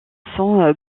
son